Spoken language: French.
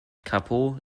carpeaux